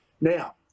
Now